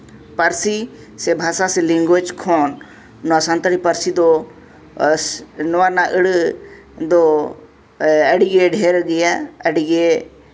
ᱯᱟᱹᱨᱥᱤ ᱥᱮ ᱵᱷᱟᱥᱟ ᱥᱮ ᱞᱮᱱᱜᱩᱭᱮᱡᱽ ᱠᱷᱚᱱ ᱱᱚᱣᱟ ᱥᱟᱱᱛᱟᱲᱤ ᱯᱟᱹᱨᱥᱤ ᱫᱚ ᱱᱚᱣᱟ ᱨᱮᱱᱟᱜ ᱟᱹᱲᱟᱹ ᱫᱚ ᱟᱹᱰᱤᱜᱮ ᱰᱷᱮᱹᱨ ᱜᱮᱭᱟ ᱟᱹᱰᱤ ᱜᱮ